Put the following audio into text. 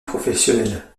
professionnel